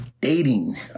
Dating